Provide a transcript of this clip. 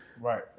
Right